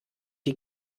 die